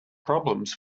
problems